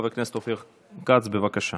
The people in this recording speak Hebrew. חבר הכנסת אופיר כץ, בבקשה.